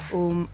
om